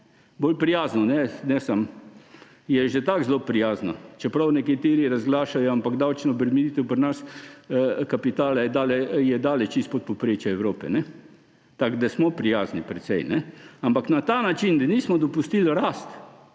bolj prijazno, ne samo … Je že tako zelo prijazna, čeprav nekateri razglašajo, ampak davčna obremenitev kapitala pri nas je deleč izpod povprečja Evrope, tako da smo prijazni precej. Ampak na ta način, da nismo dopustili rasti